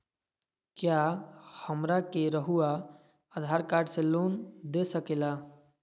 क्या हमरा के रहुआ आधार कार्ड से लोन दे सकेला?